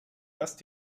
erst